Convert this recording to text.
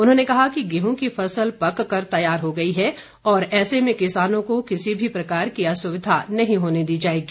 उन्होंने कहा कि गेहूं की फसल पक कर तैयार हो गई है और ऐसे में किसानों को किसी भी प्रकार की असुविधा नहीं होने दी जाएगी